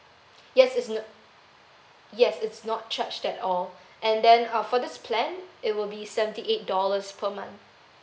yes it's no~ yes it's not charged at all and then uh for this plan it will be seventy eight dollars per month